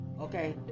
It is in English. Okay